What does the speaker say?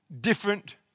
different